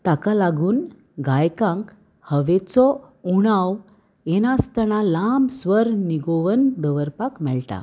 ताका लागून गायकांक हवेचो उणाव येनासतना लांब स्वर निगोवन दवरपाक मेळटा